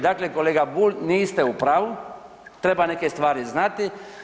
Dakle, kolega Bulj niste u pravu, treba neke stvari znati.